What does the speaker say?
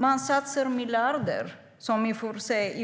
Man satsar miljarder - som i